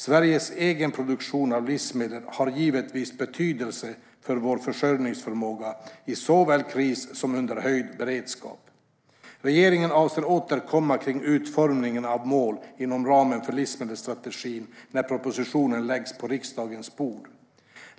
Sveriges egen produktion av livsmedel har givetvis betydelse för vår försörjningsförmåga såväl i kris som under höjd beredskap. Regeringen avser att återkomma om utformningen av mål inom ramen för livsmedelsstrategin när propositionen läggs på riksdagens bord.